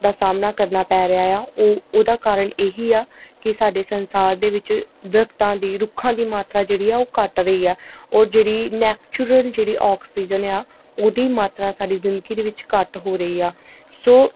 ਦਾ ਸਾਹਮਣਾ ਕਰਨਾ ਪੈ ਰਿਹਾ ਆ ਉਹ ਉਹਦਾ ਕਾਰਨ ਇਹੀ ਆ ਕਿ ਸਾਡੇ ਸੰਸਾਰ ਦੇ ਵਿੱਚ ਦਰੱਖਤਾਂ ਦੀ ਰੁੱਖਾਂ ਦੀ ਮਾਤਰਾ ਜਿਹੜੀ ਆ ਉਹ ਘੱਟ ਰਹੀ ਹੈ ਔਰ ਜਿਹੜੀ ਨੈਚੁਰਲ ਜਿਹੜੀ ਔਕਸੀਜਨ ਆ ਉਹਦੀ ਮਾਤਰਾ ਸਾਡੀ ਜ਼ਿੰਦਗੀ ਦੇ ਵਿੱਚ ਘੱਟ ਹੋ ਰਹੀ ਆ ਸੋ